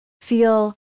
feel